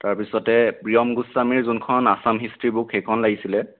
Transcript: তাৰপিছতে প্ৰিয়ম গোস্বামীৰ যোনখন আসাম হিষ্ট্ৰিৰ বুক সেইখন লাগিছিলে